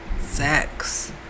sex